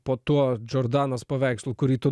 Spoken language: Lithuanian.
po tuo džordanos paveikslu kurį tu